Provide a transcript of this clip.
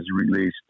released